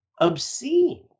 obscene